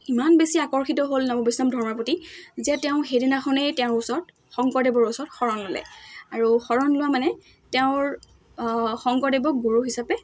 ইমান বেছি আকৰ্ষিত হ'ল নৱ বৈষ্ণৱ ধৰ্মাৰ প্ৰতি যে তেওঁ সেইদিনাখনেই তেওঁৰ ওচৰত শংকৰদেৱৰ ওচৰত শৰণ ল'লে আৰু শৰণ লোৱা মানে তেওঁৰ শংকৰদেৱক গুৰু হিচাপে